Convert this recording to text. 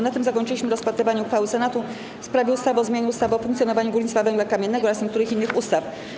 Na tym zakończyliśmy rozpatrywanie uchwały Senatu w sprawie ustawy o zmianie ustawy o funkcjonowaniu górnictwa węgla kamiennego oraz niektórych innych ustaw.